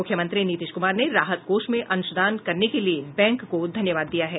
मुख्यमंत्री नीतीश कुमार ने राहत कोष में अंशदान करने के लिये बैंक को धन्यवाद दिया है